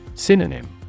Synonym